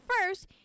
first